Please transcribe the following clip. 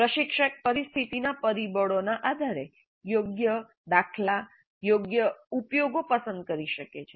પ્રશિક્ષક પરિસ્થિતિના પરિબળોના આધારે યોગ્ય દાખલા યોગ્ય ઉપયોગો પસંદ કરી શકે છે